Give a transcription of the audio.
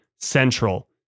central